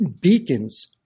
beacons